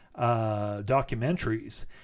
documentaries